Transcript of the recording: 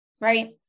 right